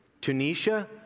Tunisia